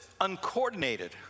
uncoordinated